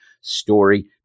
story